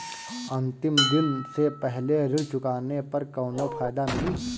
अंतिम दिन से पहले ऋण चुकाने पर कौनो फायदा मिली?